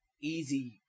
easy